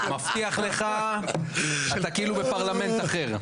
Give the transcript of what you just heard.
מבטיח לך שאתה כאילו בפרלמנט אחר.